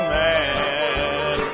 man